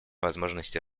возможности